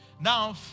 Now